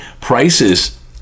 Prices